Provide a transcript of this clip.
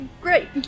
Great